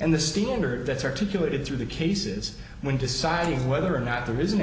and the the older events articulated through the cases when deciding whether or not there is an